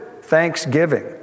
thanksgiving